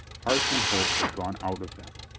heart and hope had gone out of them.